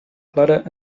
clara